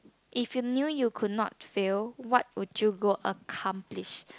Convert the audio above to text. if you knew you could not fail what would you go accomplish